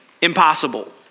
impossible